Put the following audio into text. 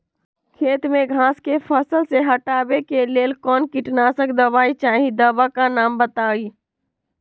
खेत में घास के फसल से हटावे के लेल कौन किटनाशक दवाई चाहि दवा का नाम बताआई?